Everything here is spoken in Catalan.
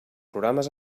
programes